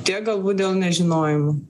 tiek galbūt dėl nežinojimo